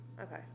okay